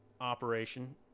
operation